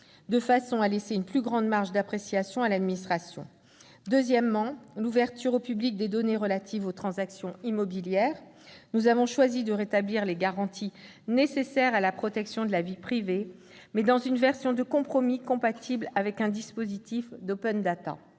de façon à laisser une plus grande marge d'appréciation à l'administration. Deuxièmement, en ce qui concerne l'ouverture au public des données relatives aux transactions immobilières, nous avons choisi de rétablir les garanties nécessaires à la protection de la vie privée, mais dans une version de compromis compatible avec un dispositif d'.